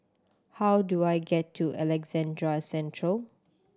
how do I get to Alexandra Central